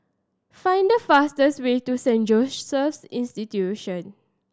find the fastest way to Saint Joseph's Institution